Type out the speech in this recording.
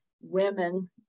women